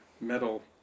metal